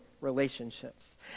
relationships